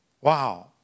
Wow